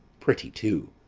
pretty too!